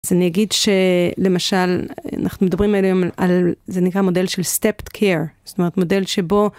אז אני אגיד שלמשל, אנחנו מדברים היום על, זה נקרא מודל של סטפט קייר, זאת אומרת מודל שבו...